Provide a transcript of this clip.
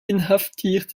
inhaftiert